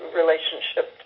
relationship